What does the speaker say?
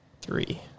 three